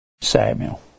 Samuel